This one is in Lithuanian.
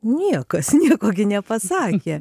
niekas nieko gi nepasakė